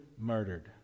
murdered